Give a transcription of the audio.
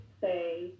say